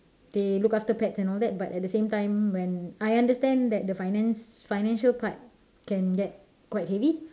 they look after pets and all that but at the same time when I understand that the finance financial part can get quite heavy